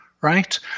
right